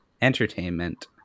Entertainment